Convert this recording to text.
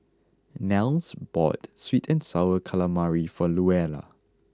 Nels bought Sweet and Sour Calamari for Luella